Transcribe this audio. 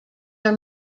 are